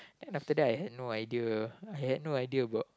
then after that I had no idea I had no idea about